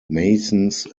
masons